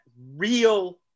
real